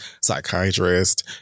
psychiatrist